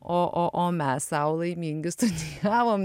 o o o mes sau laimingi studijavom